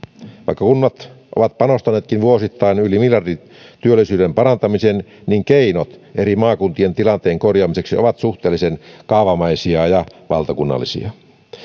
vaikka kunnat ovat panostaneetkin vuosittain yli miljardin työllisyyden parantamiseen niin keinot eri maakuntien tilanteen korjaamiseen ovat suhteellisen kaavamaisia ja valtakunnallisia